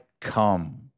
come